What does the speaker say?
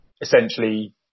essentially